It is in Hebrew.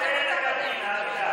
הקנטינה.